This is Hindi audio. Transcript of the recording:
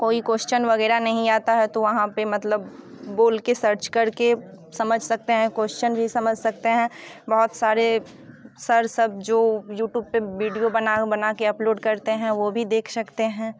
कोई क्वेश्चन वगैरह नहीं आता है तो वहाँ पे मतलब बोल के सर्च करके समझ सकते हैं क्वेश्चन भी समझ सकते हैं बहुत सारे सर सब जो यूट्यूब पर वीडियो बनाके अपलोड करते हैं वो भी देख सकते हैं